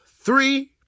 three